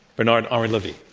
bernard-henri levy.